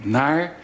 naar